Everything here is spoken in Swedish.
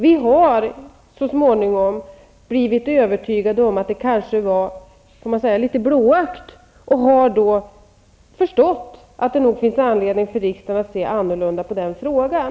Vi har så småningom blivit övertygade om att det kanske var litet blåögt, och vi har också förstått att det nog finns anledning för riksdagen att se annorlunda på den frågan.